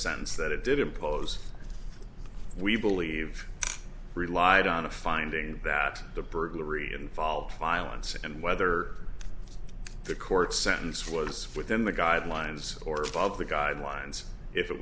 sentence that it did impose we believe relied on a finding that the burglary involved violence and whether the court sentence was within the guidelines or above the guidelines if it